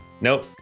Nope